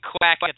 quack